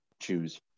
choose